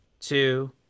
two